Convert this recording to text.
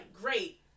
great